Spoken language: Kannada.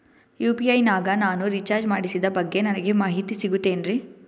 ಯು.ಪಿ.ಐ ನಾಗ ನಾನು ರಿಚಾರ್ಜ್ ಮಾಡಿಸಿದ ಬಗ್ಗೆ ನನಗೆ ಮಾಹಿತಿ ಸಿಗುತೇನ್ರೀ?